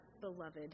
beloved